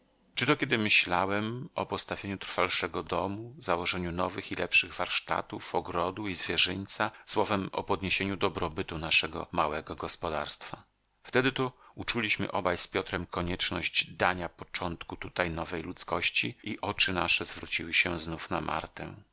czy to kiedy myślałem o postawieniu trwalszego domu założeniu nowych i lepszych warsztatów ogrodu i zwierzyńca słowem o podniesieniu dobrobytu naszego małego gospodarstwa wtedy to uczuliśmy obaj z piotrem konieczność dania początku tutaj nowej ludzkości i oczy nasze zwróciły się znów na martę